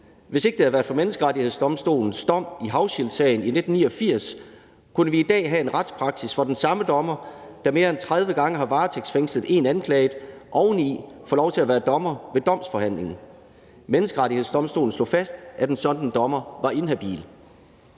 Hvis ikke det havde været for Menneskerettighedsdomstolens dom i Hauschildtsagen i 1989, kunne vi i dag have en retspraksis, hvor den samme dommer, der mere end 30 gange har varetægtsfængslet en anklaget, oveni får lov til at være dommer ved domsforhandlingen. Menneskerettighedsdomstolen slog fast, at en sådan dommer var inhabil.